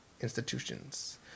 institutions